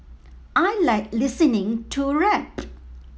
I like listening to rap